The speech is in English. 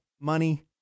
money